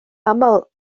aml